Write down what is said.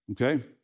okay